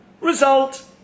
result